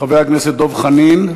חבר הכנסת דב חנין,